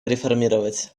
реформировать